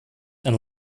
and